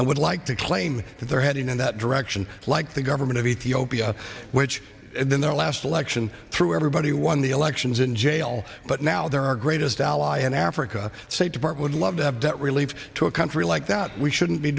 and would like to claim that they're heading in that direction like the government of ethiopia which then their last election through everybody won the elections in jail but now they're our greatest ally in africa say depart would love to have debt relief to a country like that we shouldn't be